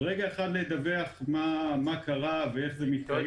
ולדווח מה קרה ואיך זה מתקיים.